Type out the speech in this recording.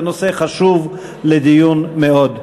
בנושא לדיון חשוב מאוד.